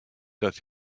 dat